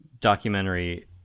documentary